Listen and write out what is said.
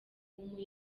alubumu